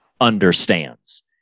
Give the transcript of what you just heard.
understands